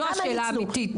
זו השאלה האמיתית.